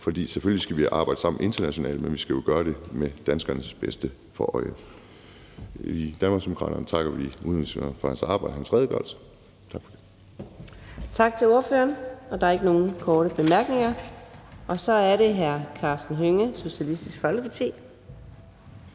For selvfølgelig skal vi arbejde sammen internationalt, men vi skal jo gøre det med danskernes bedste for øje. I Danmarksdemokraterne takker vi udenrigsministeren for hans arbejde og hans redegørelse. Tak. Kl. 11:55 Fjerde næstformand (Karina Adsbøl): Tak til ordføreren. Der er ikke nogen korte bemærkninger. Så er det hr. Karsten Hønge, Socialistisk Folkeparti.